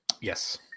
Yes